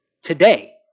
Today